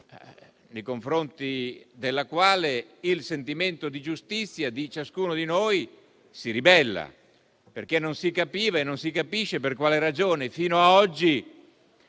nei confronti della quale il sentimento di giustizia di ciascuno di noi si ribella. Non si capiva e non si capisce infatti per quale ragione fino a oggi